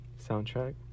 soundtrack